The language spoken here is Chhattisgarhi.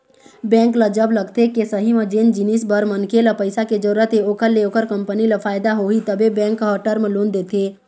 बेंक ल जब लगथे के सही म जेन जिनिस बर मनखे ल पइसा के जरुरत हे ओखर ले ओखर कंपनी ल फायदा होही तभे बेंक ह टर्म लोन देथे